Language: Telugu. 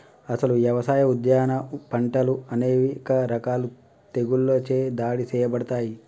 అసలు యవసాయ, ఉద్యాన పంటలు అనేక రకాల తెగుళ్ళచే దాడి సేయబడతాయి